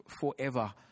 forever